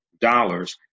dollars